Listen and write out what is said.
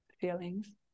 feelings